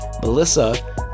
Melissa